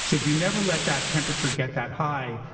so if you never let that temperature get that high,